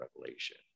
Revelation